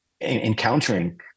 encountering